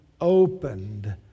opened